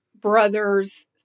brother's